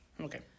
Okay